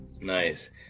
Nice